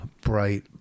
bright